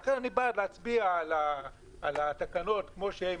לכן אני בעד להצביע על התקנות כמו שהן,